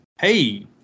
hey